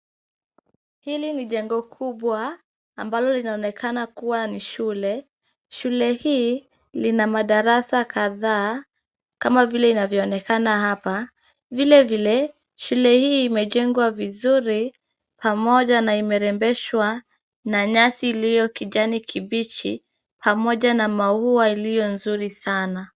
Hili ni jengo kubwa ambalo linaonekana kuwa ni shule. Shule hii ina madarasa kadhaa kama vile inavyoonekana hapa. Vilevile, shule hii imejengwa vizuri pamoja na imerembeshwa na nyasi iliyo kijani kibichi pamoja na maua iliyo nzuri sana.